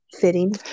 fitting